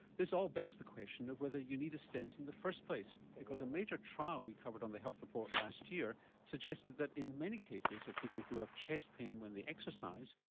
this all begs the question of whether you need a stent in the first place because a major trial we covered on the health report last year suggested that in many cases of people who have chest pain when they exercise,